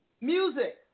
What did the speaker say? Music